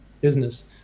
business